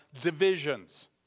divisions